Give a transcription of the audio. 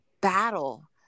battle